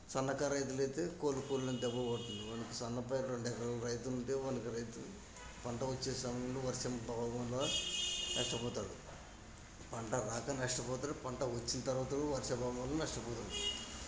సన్నకర రైతులు అయితే కోలుకోలేని దెబ్బ పడుతుంది వానికి సన్న పైరు రెండు ఎకరాలు రైతు ఉంటే వానికి రైతు పంట వచ్చే సమయంలో వర్షం బాగా నష్టపోతారు పంట రాక నష్టపోతారు పంట వచ్చిన తర్వాత వర్షం ప్రభావం వల్ల నష్టపోతారు